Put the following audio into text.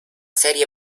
serie